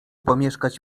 pomieszkać